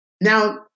Now